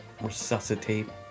resuscitate